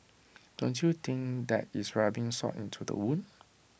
don't you think that is rubbing salt into the wound